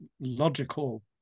logical